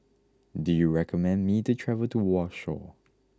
do you recommend me to travel to Warsaw